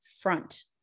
front